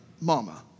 mama